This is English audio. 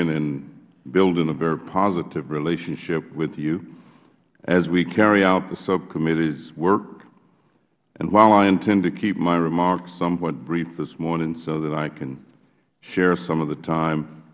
and building a very positive relationship with you as we carry out the subcommittee's work and while i intend to keep my remarks somewhat brief this morning so that i can share some of the time